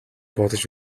бодож